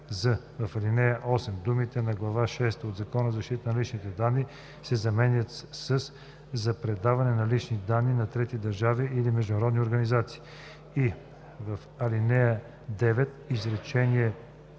в ал. 8 думите „на глава шеста от Закона за защита на личните данни“ се заменят със „за предаване на лични данни на трети държави или международни организации“; и) в ал. 9, изречение